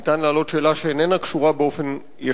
האם ניתן להעלות שאלה שאיננה קשורה באופן ישיר,